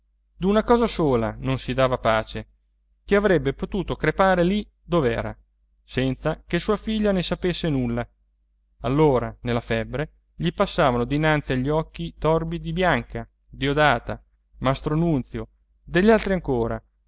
d'una cosa sola non si dava pace che avrebbe potuto crepare lì dove era senza che sua figlia ne sapesse nulla allora nella febbre gli passavano dinanzi agli occhi torbidi bianca diodata mastro nunzio degli altri ancora